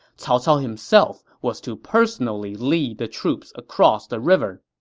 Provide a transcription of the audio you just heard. cao cao himself was to personally lead the troops across the river